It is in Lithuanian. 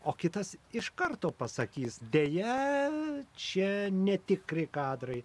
o kitas iš karto pasakys deja čia netikri kadrai